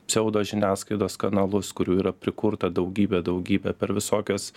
pseudožiniasklaidos kanalus kurių yra prikurta daugybė daugybė per visokias